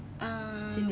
um